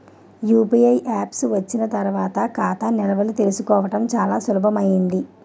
UPI apps వచ్చిన తర్వాత ఖాతా నిల్వలు తెలుసుకోవడం చాలా సులభమైంది